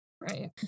Right